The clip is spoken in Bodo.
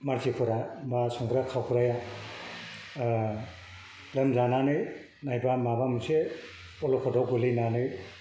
मानसिफोरा बा संग्रा खावग्राया लोमजानानै एबा माबा मोनसे अलखदाव गोग्लैनानै